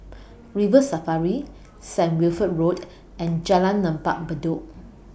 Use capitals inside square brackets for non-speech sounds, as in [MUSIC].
[NOISE] River Safari Saint Wilfred Road and Jalan Lembah Bedok